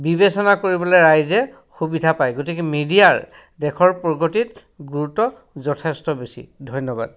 বিবেচনা কৰিবলৈ ৰাইজে সুবিধা পায় গতিকে মিডিয়াৰ দেশৰ প্ৰগতিত গুৰুত্ব যথেষ্ট বেছি ধন্যবাদ